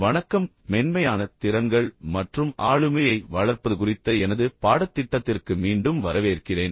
வணக்கம் மென்மையான திறன்கள் மற்றும் ஆளுமையை வளர்ப்பது குறித்த எனது பாடத்திட்டத்திற்கு மீண்டும் வரவேற்கிறேன்